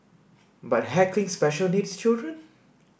but heckling special needs children